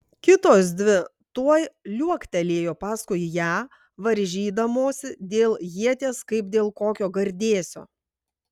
kitos dvi tuoj liuoktelėjo paskui ją varžydamosi dėl ieties kaip dėl kokio gardėsio